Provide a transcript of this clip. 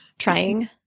trying